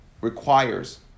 requires